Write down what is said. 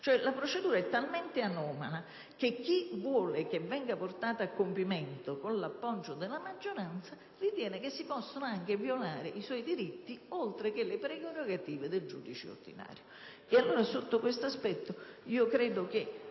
La procedura è talmente anomala che chi vuole che venga portata a compimento con l'appoggio della maggioranza ritiene che si possano anche violare i suoi diritti, oltre che le prerogative del giudice ordinario. Sotto questo aspetto credo che